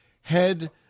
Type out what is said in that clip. head